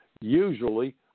usually